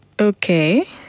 Okay